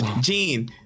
Gene